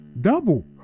double